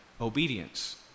obedience